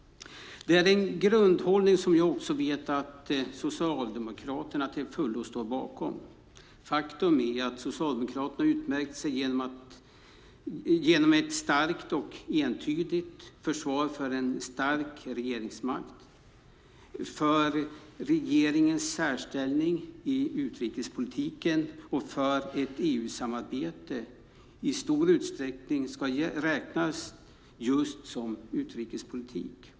Det är en grundhållning som jag vet att Socialdemokraterna till fullo står bakom. Faktum är att Socialdemokraterna utmärkt sig genom ett starkt och entydigt försvar för en stark regeringsmakt, för regeringens särställning i utrikespolitiken och för att EU-samarbetet i stor utsträckning ska räknas just som utrikespolitik.